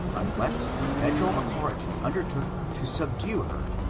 unless the federal authority undertook to subdue her,